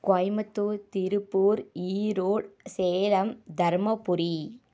Coimbatore Tiruppur Erode Salem Dharmapuri